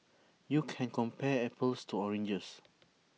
you can compare apples to oranges